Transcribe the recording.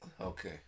Okay